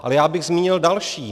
Ale já bych zmínil další.